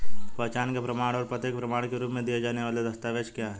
पहचान के प्रमाण और पते के प्रमाण के रूप में दिए जाने वाले दस्तावेज क्या हैं?